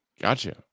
gotcha